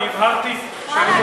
אני הבהרתי שאני מוכן,